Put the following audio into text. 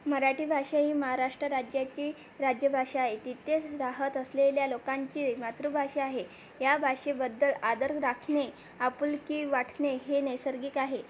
मराठी भाषा ही महाराष्ट्र राज्याची राज्यभाषा आहे तिथेच राहत असलेल्या लोकांची मातृभाषा आहे या भाषेबद्दल आदर राखणे आपुलकी वाटणे हे नैसर्गिक आहे